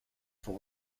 for